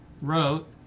wrote